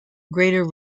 greater